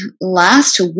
last